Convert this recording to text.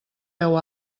veu